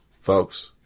folks